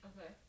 Okay